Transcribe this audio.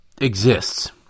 exists